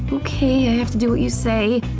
but okay, i have to do what you say.